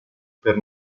per